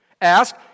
Ask